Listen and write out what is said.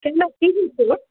কেন কী হয়েছে ওর